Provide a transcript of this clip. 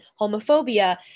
homophobia